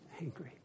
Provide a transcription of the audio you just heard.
Angry